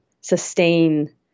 sustain